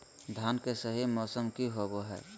धान के सही मौसम की होवय हैय?